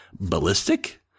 Ballistic